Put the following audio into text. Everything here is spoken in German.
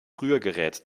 rührgerät